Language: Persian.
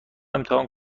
امتحان